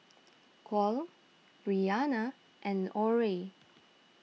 Kole Bryana and Orie